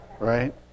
Right